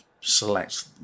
select